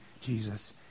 Jesus